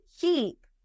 keep